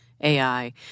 AI